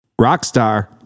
Rockstar